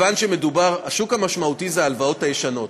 השוק המשמעותי זה ההלוואות הישנות,